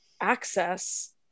access